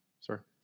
Sir